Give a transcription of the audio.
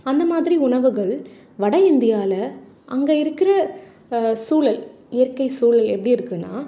அந்தமாதிரி உணவுகள் வடஇந்தியாவில அங்கே இருக்கிற சூழல் இயற்கை சூழல் எப்படி இருக்குதுன்னா